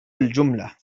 الجملة